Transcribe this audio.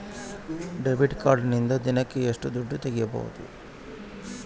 Debit ಕಾರ್ಡಿನಿಂದ ದಿನಕ್ಕ ಎಷ್ಟು ದುಡ್ಡು ತಗಿಬಹುದು?